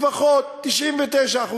לפחות 99%,